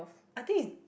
I think is